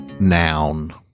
Noun